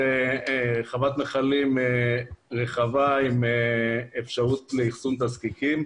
חוות מכלים רחבה עם אפשרות לאחסון תזקיקים.